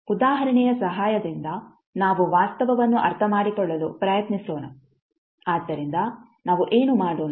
ಉದಾಹರಣೆಯ ಸಹಾಯದಿಂದ ನಾವು ವಾಸ್ತವವನ್ನು ಅರ್ಥಮಾಡಿಕೊಳ್ಳಲು ಪ್ರಯತ್ನಿಸೋಣ ಆದ್ದರಿಂದ ನಾವು ಏನು ಮಾಡೋಣ